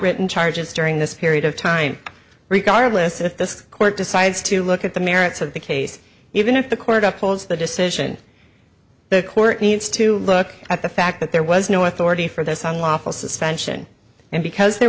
written charges during this period of time regardless if the court decides to look at the merits of the case even if the court upholds the decision the court needs to look at the fact that there was no authority for this unlawful suspension and because there